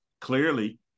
Clearly